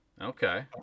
Okay